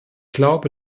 glaube